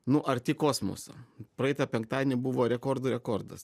nu arti kosmoso praeitą penktadienį buvo rekordų rekordas